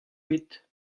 bet